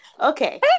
Okay